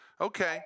Okay